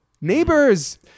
Neighbors